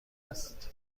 است